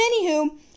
anywho